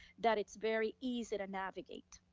that it's very easy to navigate.